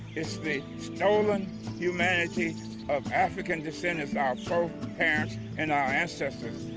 it's the stolen humanity of african descendants, our folk's parents and our ancestors,